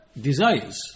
desires